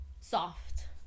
Soft